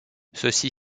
ceci